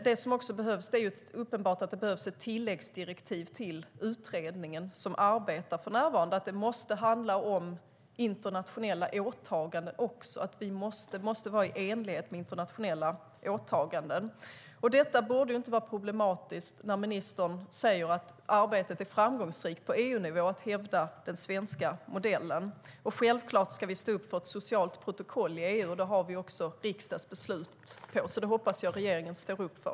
Det är också uppenbart att det behövs ett tilläggsdirektiv till utredningen som för närvarande arbetar med frågan om att det måste handla också om internationella åtaganden och vara i enlighet med dem. Detta borde inte vara problematiskt i och med att ministern säger att arbetet med att hävda den svenska modellen är framgångsrikt på EU-nivå. Självklart ska vi stå upp för ett socialt protokoll i EU. Det har vi ett riksdagsbeslut på, så det hoppas jag att regeringen står upp för.